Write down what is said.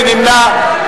מי נמנע?